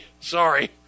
Sorry